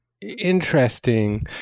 interesting